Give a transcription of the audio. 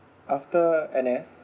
after N_S